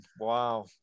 wow